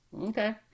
okay